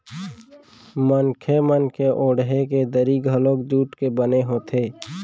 मनखे मन के ओड़हे के दरी घलोक जूट के बने होथे